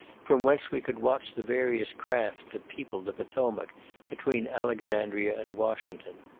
from whence we could watch the various craft that peopled the potomac between alexandria and washington.